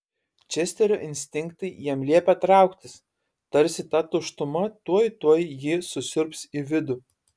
česterio instinktai jam liepė trauktis tarsi ta tuštuma tuoj tuoj jį susiurbs į vidų